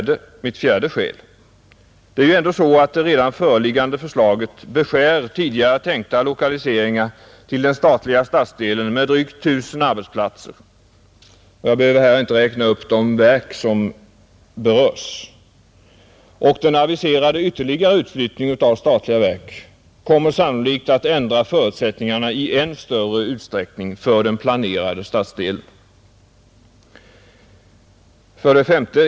Det är ju ändå så, att redan det föreliggande förslaget beskär tidigare tänkta lokaliseringar till den statliga stadsdelen med drygt 1 000 arbetsplatser — jag behöver här inte räkna upp de verk som berörs — och den aviserade ytterligare utflyttningen av statliga verk kommer sannolikt att ändra förutsättningarna i än större utsträckning för den planerade stadsdelen. 5.